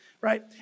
right